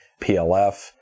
plf